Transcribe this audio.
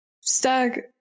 Stag